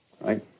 right